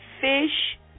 fish